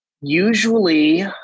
Usually